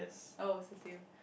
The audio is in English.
oh is the same